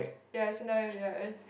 yes so now you are a